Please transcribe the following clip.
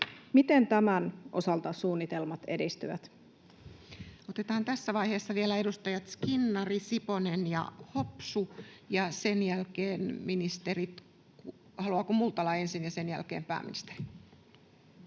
suunnitelmasta Time: 14:38 Content: Otetaan tässä vaiheessa vielä edustajat Skinnari, Siponen ja Hopsu, ja sen jälkeen ministerit. Haluaako Multala ensin, ja sen jälkeen pääministeri,